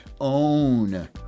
own